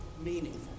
meaningful